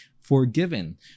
forgiven